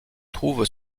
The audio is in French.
trouve